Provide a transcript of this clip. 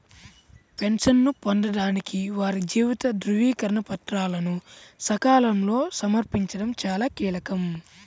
పెన్షన్ను పొందడానికి వారి జీవిత ధృవీకరణ పత్రాలను సకాలంలో సమర్పించడం చాలా కీలకం